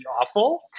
awful